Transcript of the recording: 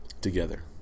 together